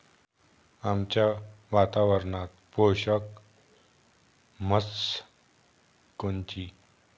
आमच्या वातावरनात पोषक म्हस कोनची?